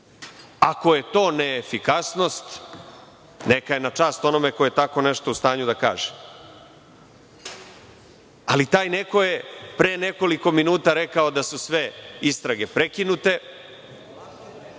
Ako je to neefikasnost, neka je na čast onome ko je tako nešto u stanju da kaže. Ali, taj neko je pre nekoliko minuta rekao da su sve istrage prekinute,